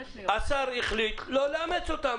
השר החליט לא לאמץ אותן,